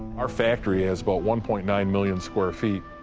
our factory has about one point nine million square feet.